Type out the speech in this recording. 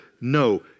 No